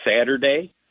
Saturday